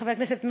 חבר הכנסת מרגי,